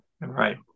right